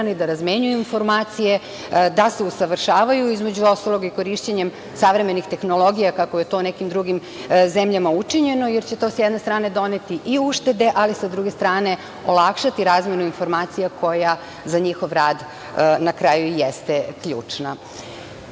da razmenjuju informacije, da se usavršavaju, između ostalog i korišćenjem savremenih tehnologija, kako je to u nekim drugim zemljama učinjeno, jer će to s jedne strane doneti i uštede, ali sa druge strane olakšati razmenu informacija koja za njihov rad na kraju i jeste ključna. Još